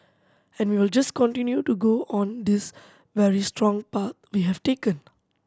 and we'll just continue to go on this very strong path we have taken